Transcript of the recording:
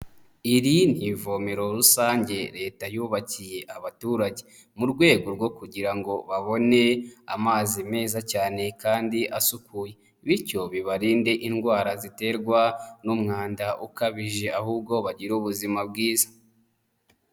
Iri ni ivomero rusange Leta yubakiye abaturage mu rwego rwo kugira ngo babone amazi meza cyane kandi asukuye, bityo bibarinde indwara ziterwa n'umwanda ukabije ahubwo bagire ubuzima bwiza.